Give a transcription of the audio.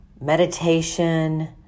meditation